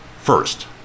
first